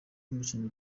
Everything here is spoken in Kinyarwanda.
mukinnyi